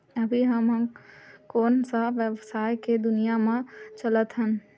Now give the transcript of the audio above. अभी हम ह कोन सा व्यवसाय के दुनिया म चलत हन?